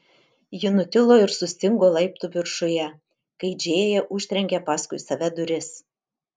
ji nutilo ir sustingo laiptų viršuje kai džėja užtrenkė paskui save duris